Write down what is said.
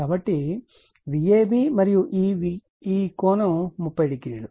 కాబట్టి ఇది Vabమరియు ఈ కోణం 300